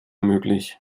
möglich